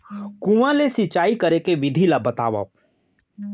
कुआं ले सिंचाई करे के विधि ला बतावव?